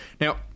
now